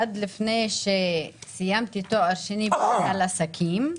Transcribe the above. עד לפני שסיימתי תואר שני במנהל עסקים,